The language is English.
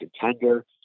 contender